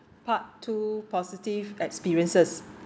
part two positive experiences